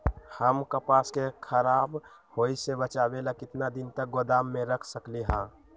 हम कपास के खराब होए से बचाबे ला कितना दिन तक गोदाम में रख सकली ह?